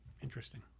interesting